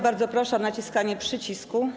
Bardzo proszę o naciśnięcie przycisku.